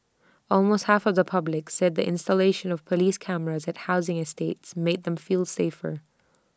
almost half of the public said the installation of Police cameras at housing estates made them feel safer